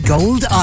Gold